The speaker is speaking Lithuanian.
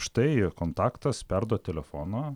štai kontaktas perduot telefoną